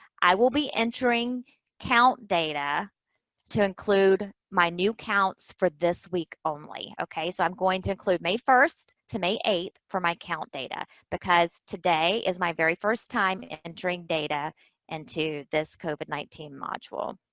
i will be entering count data to include my new counts for this week only. okay? so, i'm going to include may first to may eighth for my count data, because today is my very first time entering data and into this covid nineteen module.